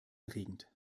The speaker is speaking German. erregend